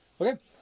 okay